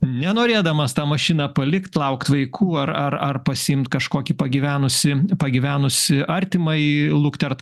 nenorėdamas tą mašiną palikt laukt vaikų ar ar pasiimti kažkokį pagyvenusį pagyvenusį artimąjį luktert